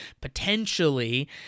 potentially